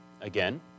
again